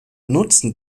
nutzen